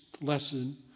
lesson